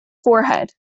forehead